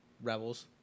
Rebels